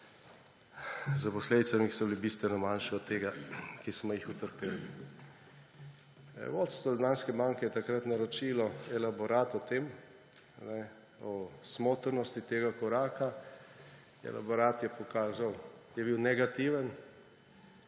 s posledicami, ki so bile bistveno manjše od tega, ki smo jih utrpeli. Vodstvo Ljubljanske banke je takrat naročilo elaborat o tem, o smotrnosti tega koraka. Elaborat je pokazal, je bil negativen.